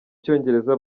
cyongereza